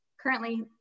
currently